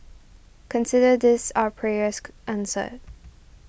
consider this our prayers answered